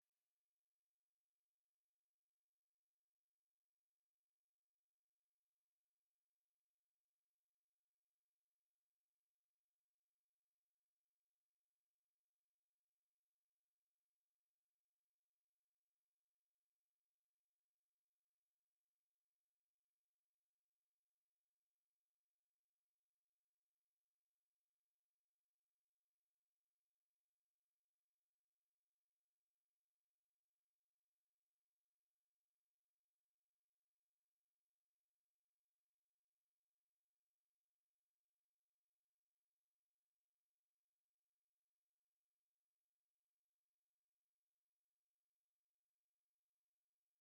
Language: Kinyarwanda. Amasanduku abiri y’ibikoresho by’imibare cyane cyane akoreshwa n’abanyeshuri biga isomo ry’Imibare. Ni tubiri duteganye buri kamwe kagiye karimo ibikoresho nk’ikarita ya raporo ikibaho cy’imbavu, ikibaho cy’uruhande, ikaramu, y’igiceri, ikaramu n’ibindi. Harimo agakoreshwa cyane mu gukora imirongo, kubara za dogere, gukora ibishushanyo by’ubwubatsi cyangwa mu bugenge n’ibindi.